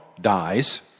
dies